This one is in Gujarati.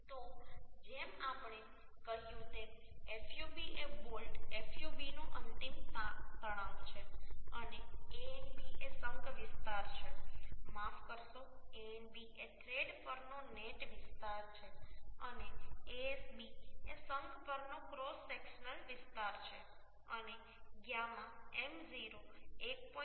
તો જેમ આપણે કહ્યું તેમ fub એ બોલ્ટ fub નો અંતિમ તાણ તણાવ છે અને Anb એ શંક વિસ્તાર છે માફ કરશો Anb એ થ્રેડ પરનો નેટ વિસ્તાર છે અને Asb એ શંક પરનો ક્રોસ સેક્શનલ વિસ્તાર છે અને γ m0 1